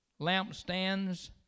lampstands